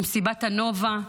ממסיבת הנובה.